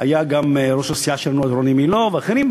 היה גם ראש הסיעה שלנו אז רוני מילוא ואחרים.